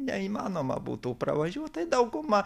neįmanoma būtų pravažiuot tai dauguma